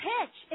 Pitch